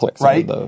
right